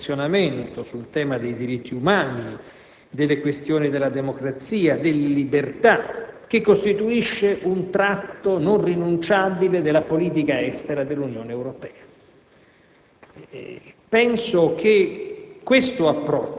rinunciare ad un incalzante condizionamento sul tema dei diritti umani, delle questioni della democrazia, delle libertà, che costituisce un tratto non rinunciabile della politica estera dell'Unione Europea.